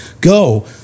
Go